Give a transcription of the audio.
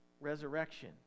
resurrection